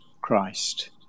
Christ